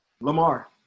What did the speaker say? Lamar